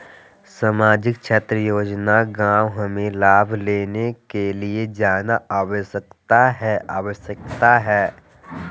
सामाजिक क्षेत्र योजना गांव हमें लाभ लेने के लिए जाना आवश्यकता है आवश्यकता है?